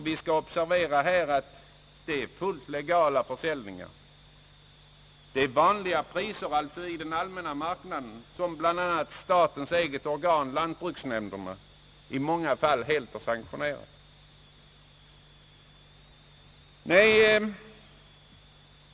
Vi bör här observera att det är fråga om fullt legala försäljningar och fråga om vanliga priser på den allmänna marknaden som bl.a. statens eget organ, nämligen lantbruksnämnden, i många fall helt har sanktionerat.